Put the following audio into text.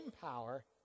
power